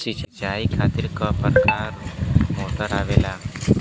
सिचाई खातीर क प्रकार मोटर आवेला?